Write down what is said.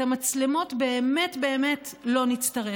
את המצלמות באמת באמת לא נצטרך.